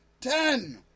ten